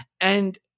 And-